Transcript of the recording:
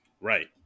Right